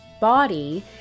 body